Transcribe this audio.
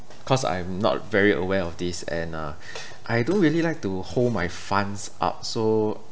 cause I'm not very aware of this and uh I don't really like to hold my funds up so